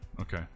Okay